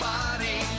Body